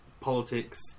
politics